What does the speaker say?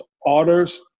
orders